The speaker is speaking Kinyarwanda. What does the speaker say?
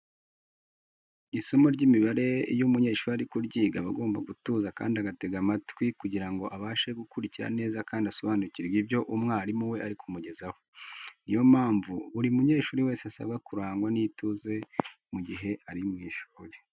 Isomo ry'imibara iyo umunyeshuri ari kuryiga aba agomba gutuza kandi agatega amatwi kugira ngo abashe gukurikira neza kandi asobanukirwe ibyo umwarimu we ari kumugezaho. Ni yo mpamvu buri munyeshuri wese asabwa kurangwa n'ituze mu gihe ari mu ishuri.